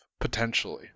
potentially